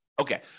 Okay